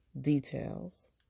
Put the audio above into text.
Details